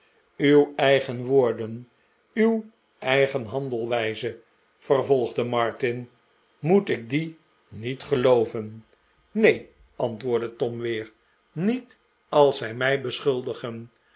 uw eigen woorden uw eigen handelwijze vervolgde martin moet ik die niet gelooven neen antwoordde tom weer niet als zij mij beschuldigen